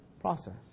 process